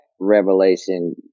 revelation